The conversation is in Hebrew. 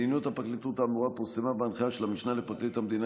מדיניות הפרקליטות האמורה פורסמה בהנחיה של המשנה לפרקליט המדינה